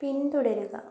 പിന്തുടരുക